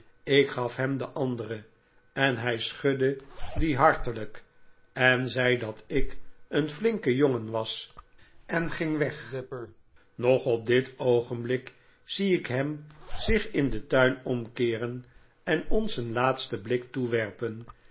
ik gaf hem de andere en hij schudde die hartelijk en zei dat ik een flinke jongen was en ging weg nog op dit oogenblik zie ik hem zich in den tuin omkeeren en ons een laatsten blik toewerpen